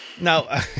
No